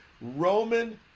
Roman